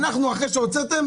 לאחר שהוצאתם,